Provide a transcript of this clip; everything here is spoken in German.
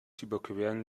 überqueren